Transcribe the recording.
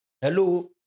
Hello